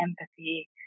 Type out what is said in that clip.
empathy